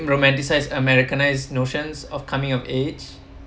romanticized americanized notions of coming of age